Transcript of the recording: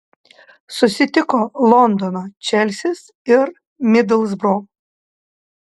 susitiko londono čelsis ir midlsbro